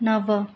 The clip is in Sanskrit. नव